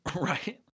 Right